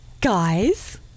Guys